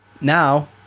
now